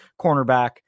cornerback